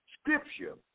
scripture